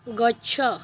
ଗଛ